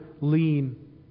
lean